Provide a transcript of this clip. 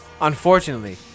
Unfortunately